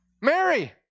Mary